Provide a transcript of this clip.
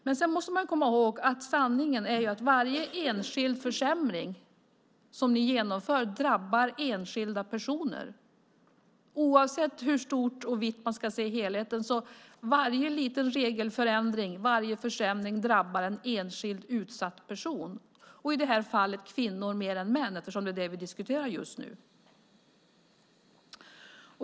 Man måste komma ihåg att sanningen är att varje enskild försämring som ni genomför drabbar enskilda personer. Oavsett hur stort och vitt som man ser på helheten drabbar varje liten regelförändring och försämring en enskild utsatt person, och i detta fall kvinnor mer än män eftersom det är detta som vi diskuterar just nu.